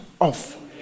off